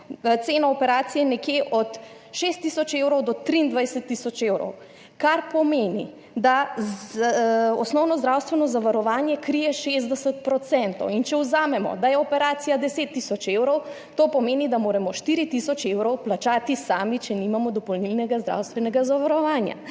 cena operacije nekje od 6 tisoč do 23 tisoč, kar pomeni, da za osnovno zdravstveno zavarovanje krije 60 %. In če vzamemo, da je operacija 10 tisoč evrov, to pomeni, da moramo 4000 € plačati sami, če nimamo dopolnilnega zdravstvenega zavarovanja.